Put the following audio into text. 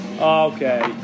Okay